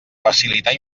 facilitar